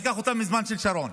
אני אקח אותם מהזמן של שרון.